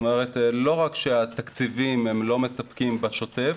לא רק שהתקציבים לא מספקים בשוטף,